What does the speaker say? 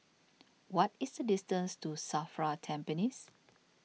what is the distance to Safra Tampines